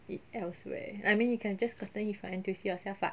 it elsewhere I mean you can just gotten it from N_T_U_C yourself [what]